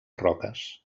roques